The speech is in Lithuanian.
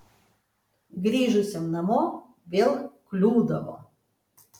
grįžusiam namo vėl kliūdavo